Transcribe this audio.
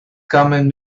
coming